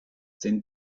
den